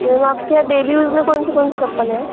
ma'am आपके यहाँ daily use में कौन सी कौन सी चप्पलें हैं